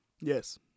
yes